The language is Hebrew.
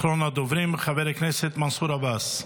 אחרון הדוברים, חבר הכנסת מנסור עבאס.